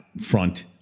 front